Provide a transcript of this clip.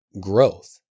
growth